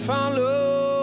Follow